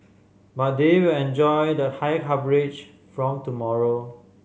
but they will enjoy the higher coverage from tomorrow